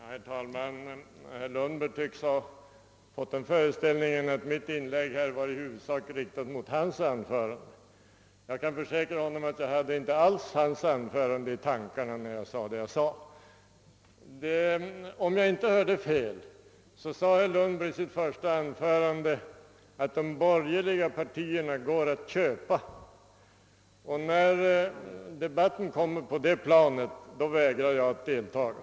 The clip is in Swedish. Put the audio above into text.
Herr talman! Herr Lundberg tycks ha fått den föreställningen att mitt inlägg i huvudsak var riktat mot hans anförande. Jag kan försäkra honom att jag inte alls hade det i tankarna. Om jag inte hörde fel sade herr Lundberg i sitt första anförande att de borgerliga partierna går att köpa. När debatten ligger på det planet vägrar jag att deltaga.